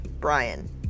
Brian